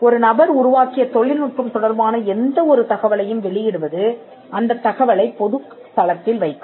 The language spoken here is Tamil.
ஒரு நபர் உருவாக்கிய தொழில்நுட்பம் தொடர்பான எந்த ஒரு தகவலையும் வெளியிடுவது அந்தத் தகவலைப் பொதுத்தளத்தில் வைக்கும்